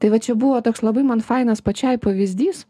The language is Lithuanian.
tai va čia buvo toks labai man fainas pačiai pavyzdys